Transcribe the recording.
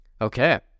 Okay